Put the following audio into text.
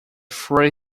free